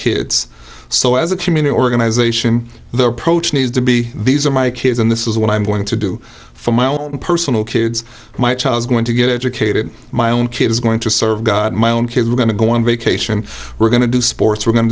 kids so as a community organization their approach needs to be these are my kids and this is what i'm going to do for my own personal kids my child's going to get educated my own kid is going to serve my own kids we're going to go on vacation we're going to do sports